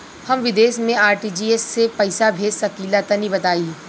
हम विदेस मे आर.टी.जी.एस से पईसा भेज सकिला तनि बताई?